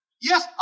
Yes